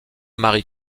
marie